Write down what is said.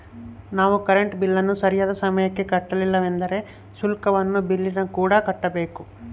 ನಾವು ಕರೆಂಟ್ ಬಿಲ್ಲನ್ನು ಸರಿಯಾದ ಸಮಯಕ್ಕೆ ಕಟ್ಟಲಿಲ್ಲವೆಂದರೆ ಶುಲ್ಕವನ್ನು ಬಿಲ್ಲಿನಕೂಡ ಕಟ್ಟಬೇಕು